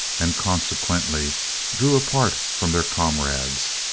and consequently drew apart from their comrades,